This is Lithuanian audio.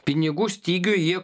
pinigų stygių jie